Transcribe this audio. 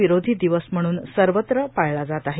विरोधी दिवस म्हणून सर्वत्र पाळला जात आहे